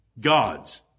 Gods